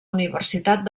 universitat